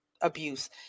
abuse